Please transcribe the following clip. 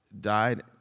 died